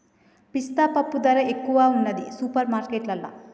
పిస్తా పప్పు ధర ఎక్కువున్నది సూపర్ మార్కెట్లల్లా